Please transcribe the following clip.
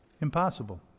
Impossible